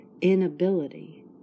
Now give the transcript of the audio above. inability